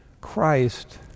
Christ